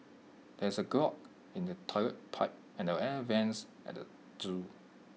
there is A clog in the Toilet Pipe and the air Vents at the Zoo